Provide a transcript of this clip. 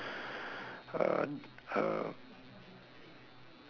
uh uh